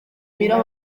mirror